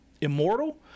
immortal